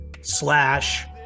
slash